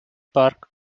park